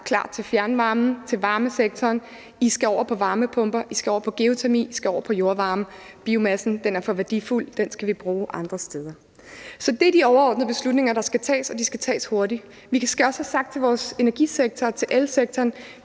klart til fjernvarmesektoren: I skal gå over til varmepumper, I skal gå over til at bruge geotermi, I skal gå over til jordvarme. Biomassen er for værdifuld; den skal vi bruge andre steder. Det er de overordnede beslutninger, der skal tages, og de skal tages hurtigt. Vi skal også have sagt til vores energisektor, til elsektoren,